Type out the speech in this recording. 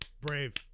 Brave